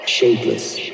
...shapeless